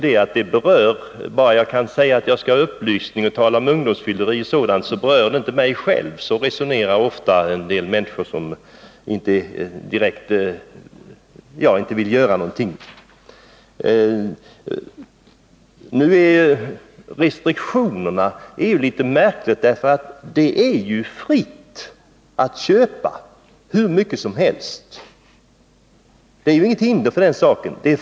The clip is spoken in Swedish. Det är bra att man ger upplysning och talar om ungdomsfylleri och sådant, men det berör inte mig själv — så resonerar ofta en del människor som inte direkt vill göra någonting. Talet om restriktioner är litet märkligt, eftersom man ju har frihet att köpa hur mycket alkohol som helst. Det finns inget hinder för den saken.